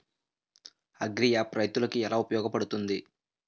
Agri app రైతులకి ఏలా ఉపయోగ పడుతుంది?